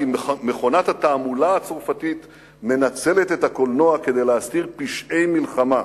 כי מכונת התעמולה הצרפתית מנצלת את הקולנוע כדי להסתיר פשעי מלחמה.